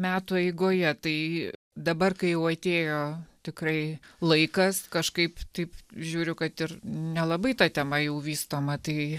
metų eigoje tai dabar kai jau atėjo tikrai laikas kažkaip taip žiūriu kad ir nelabai ta tema jau vystoma tai